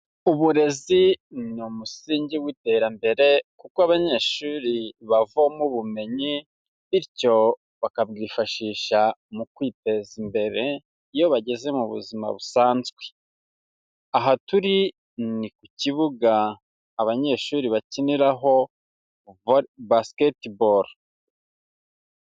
Uburezi ni umusingi w'iterambere kuko abanyeshuri bavoma ubumenyi bityo bakabwifashisha mu kwiteza imbere iyo bageze mu buzima busanzwe. Aha turi ni ku kibuga abanyeshuri bakiniraho Basketball.